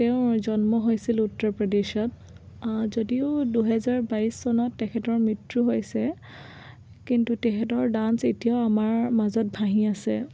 তেওঁ জন্ম হৈছিল উত্তৰ প্ৰদেশত যদিও দুহেজাৰ বাইছ চনত তেখেতৰ মৃত্যু হৈছে কিন্তু তেখেতৰ ডান্স এতিয়াও আমাৰ মাজত ভাঁহি আছে